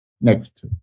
Next